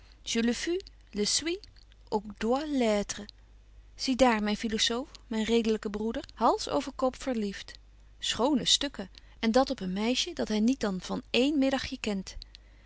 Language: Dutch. zie daar myn philosoof myn redelyken broeder hals over kop verlieft schone stukken en dat op een meisje dat hy niet dan van één namiddagje kent